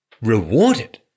rewarded